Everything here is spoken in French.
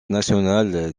national